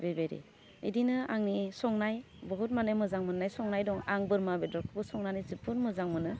बेबायदि बिदिनो आंनि संनाय बहुद माने मोजां मोन्नाय संनाय दं आं बोरमा बेदरखौबो संनानै जोबोर मोजां मोनो